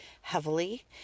heavily